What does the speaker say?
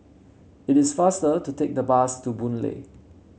it is faster to take the bus to Boon Lay